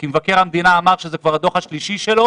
כי מבקר המדינה אמר שזה כבר הדוח השלישי שלו